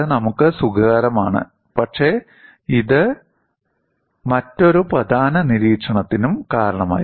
അത് നമുക്ക് സുഖകരമാണ് പക്ഷേ ഇത് മറ്റൊരു പ്രധാന നിരീക്ഷണത്തിനും കാരണമായി